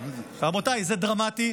רבותיי, זה דרמטי.